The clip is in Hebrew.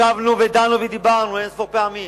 ישבנו ודנו ודיברנו אין-ספור פעמים.